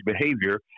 behavior